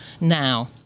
now